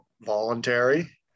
voluntary